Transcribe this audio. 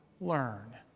learn